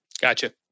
Gotcha